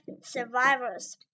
survivors